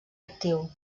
actiu